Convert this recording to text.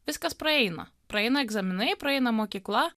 viskas praeina praeina egzaminai praeina mokykla